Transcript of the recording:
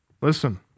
Listen